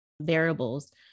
variables